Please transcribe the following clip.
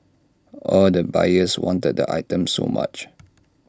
all the buyers wanted the items so much